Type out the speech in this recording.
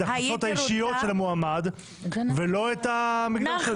ההכנסות האישיות של המועמד ולא את המגדר שלו?